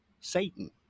Satan